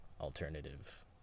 alternative